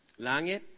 langit